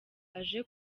aje